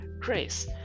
grace